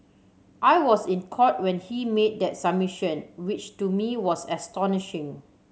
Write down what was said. I was in Court when he made that submission which to me was astonishing